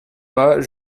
pas